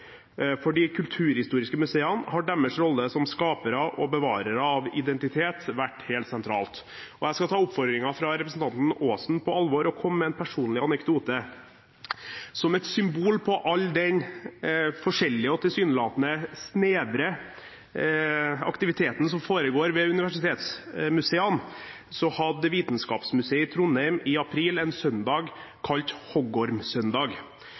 For de kulturhistoriske museene har deres rolle som skapere og bevarere av identitet vært helt sentralt. Jeg skal ta oppfordringen fra representanten Aasen på alvor og komme med en personlig anekdote: Som et symbol på all den forskjellige og tilsynelatende snevre aktiviteten som foregår ved universitetsmuseene, hadde Vitenskapsmuseet i Trondheim i april en søndag kalt